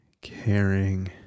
caring